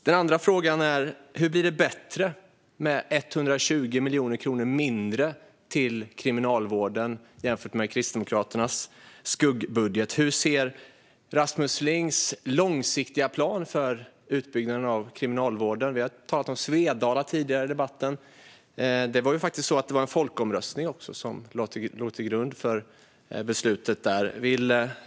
Den andra frågan är hur det blir bättre med 120 miljoner kronor mindre till Kriminalvården jämfört med Kristdemokraternas skuggbudget. Hur ser Rasmus Lings långsiktiga plan ut för utbyggnaden av Kriminalvården? Vi har talat om Svedala tidigare i debatten. Det var ju faktiskt en folkomröstning som låg till grund för beslutet där.